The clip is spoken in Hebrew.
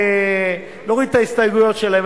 להוריד את ההסתייגויות שלהם,